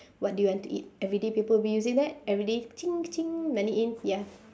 what do you want to eat every day people will be using that every day money in ya